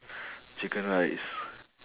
chicken rice